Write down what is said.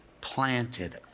planted